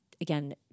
again